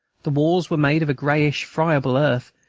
the walls were made of a greyish, friable earth,